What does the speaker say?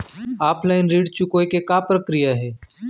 Offline ऋण चुकोय के का प्रक्रिया हे?